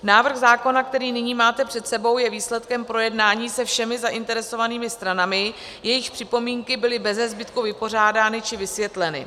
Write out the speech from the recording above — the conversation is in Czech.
Návrh zákona, který nyní máte před sebou, je výsledkem projednání se všemi zainteresovanými stranami, jejichž připomínky byly beze zbytku vypořádány či vysvětleny.